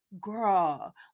Girl